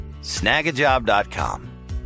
snagajob.com